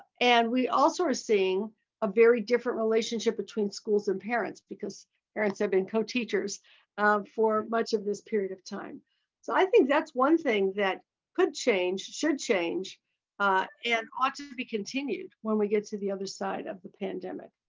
and we also are seeing a very different relationship between schools and parents. because parents have been co-teachers for much of this period of time. so i think that's one thing that could change, should change and ought to be continued when we get to the other side of the pandemic.